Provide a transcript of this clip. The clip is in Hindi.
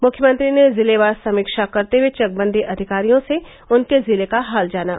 मुख्यमंत्री ने जिलेवार समीक्षा करते हुए चकबंदी अधिकारियों से उनके जिले का हाल जाना